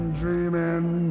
dreaming